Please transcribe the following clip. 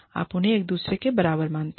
आप उन्हें एक दूसरे के बराबर मानते हैं